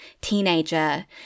teenager